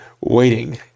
waiting